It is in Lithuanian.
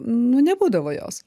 nu nebūdavo jos